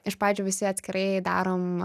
iš pradžių visi atskirai darom